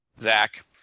Zach